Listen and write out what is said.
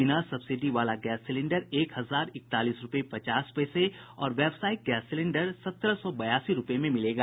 बिना सब्सिडी वाला gas cylinder एक हजार इकतालीस रूपये पचास पैसे और व्यावसायिक गैस सिलेंडर सत्रह सौ बयासी रूपये में मिलेगा